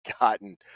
gotten